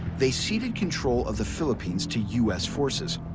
they ceded control of the philippines to us forces,